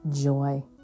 joy